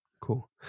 Cool